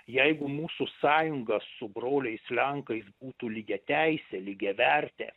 jeigu mūsų sąjunga su broliais lenkais būtų lygiateisė lygiavertė